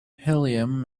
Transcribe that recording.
helium